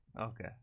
Okay